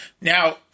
Now